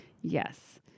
yes